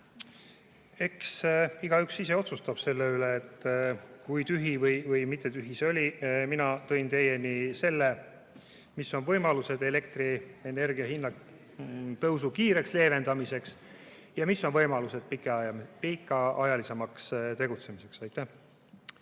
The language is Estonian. Eks igaüks ise otsustab selle üle, kui tühi või mittetühi see oli. Mina tõin teieni selle, mis võimalused on elektrienergia hinnatõusu kiireks leevendamiseks ja mis võimalused on pikaajalisemaks tegutsemiseks. Aitäh!